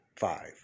Five